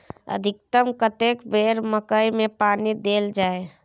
अधिकतम कतेक बेर मकई मे पानी देल जाय?